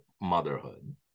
motherhood